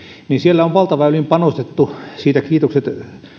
on valtaväyliin panostettu siitä kiitokset